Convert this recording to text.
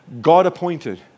God-appointed